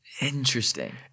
Interesting